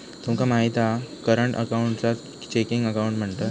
तुमका माहित हा करंट अकाऊंटकाच चेकिंग अकाउंट म्हणतत